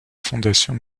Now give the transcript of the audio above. fondation